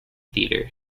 theatre